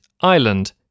island